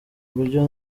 buryo